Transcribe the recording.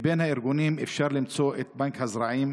בין הארגונים אפשר למצוא את בנק הזרעים